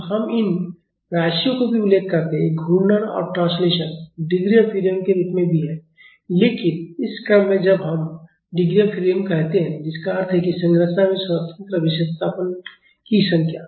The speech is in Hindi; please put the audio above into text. तो हम इन राशियों का भी उल्लेख करते हैं ये घूर्णन और ट्रांसलेशन डिग्री ऑफ फ्रीडम के रूप में भी हैं लेकिन इस क्रम में जब हम डिग्री ऑफ फ्रीडम कहते हैं जिसका अर्थ है कि संरचना में स्वतंत्र विस्थापन की संख्या